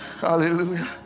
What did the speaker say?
Hallelujah